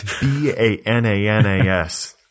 B-A-N-A-N-A-S